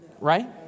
Right